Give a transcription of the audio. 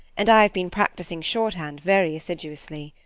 and i have been practising shorthand very assiduously.